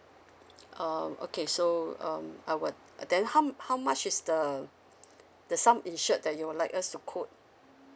um okay so um I would uh then how how much is the the sum insured that you would like us to quote